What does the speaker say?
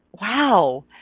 wow